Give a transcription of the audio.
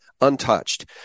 untouched